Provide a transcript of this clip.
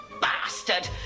bastard